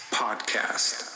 podcast